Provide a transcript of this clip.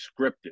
scripted